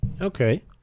Okay